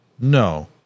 No